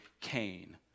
Cain